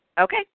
Okay